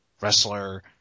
wrestler